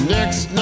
Next